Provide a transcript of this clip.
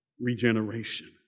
regeneration